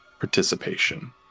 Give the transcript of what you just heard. participation